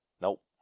Nope